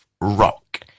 Rock